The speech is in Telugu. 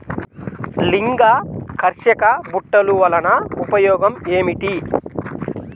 లింగాకర్షక బుట్టలు వలన ఉపయోగం ఏమిటి?